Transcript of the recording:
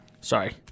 Sorry